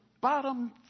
bottom